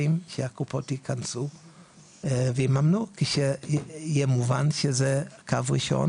בתים שהקופות ייכנסו ויממנו כשיהיה מובן שזה קו ראשון